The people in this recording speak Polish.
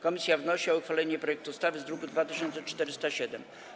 Komisja wnosi o uchwalenie projektu ustawy z druku nr 2407.